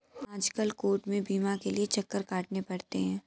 आजकल कोर्ट में बीमा के लिये चक्कर काटने पड़ते हैं